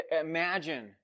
imagine